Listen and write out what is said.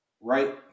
right